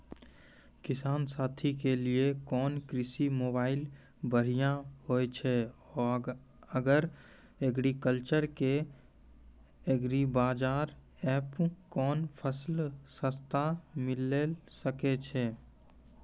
किसान साथी के लिए कोन कृषि मोबाइल बढ़िया होय छै आर एग्रीकल्चर के एग्रीबाजार एप कोन फसल सस्ता मिलैल सकै छै?